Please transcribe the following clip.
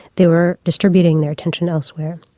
they were distributing their attention elsewhere.